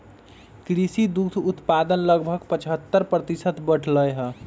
कृषि दुग्ध उत्पादन लगभग पचहत्तर प्रतिशत बढ़ लय है